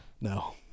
No